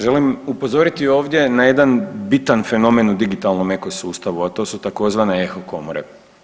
Želim upozoriti ovdje na jedan bitan fenomena u digitalnom eko sustavu, a to su tzv. eho komore.